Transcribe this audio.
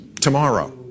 Tomorrow